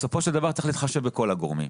בסופו של דבר צריך להתחשב בכל הגורמים.